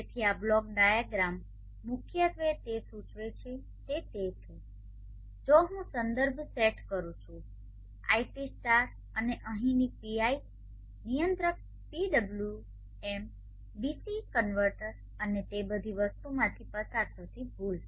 તેથી આ block diagram મુખ્યત્વે જે સૂચવે છે તે તે છે જો હું સંદર્ભ સેટ કરું છું iT સ્ટાર અને અહીંની PI નિયંત્રક પીડબલ્યુએમ ડીસી ડીસી કન્વર્ટર અને તે બધી વસ્તુઓમાંથી પસાર થતી ભૂલ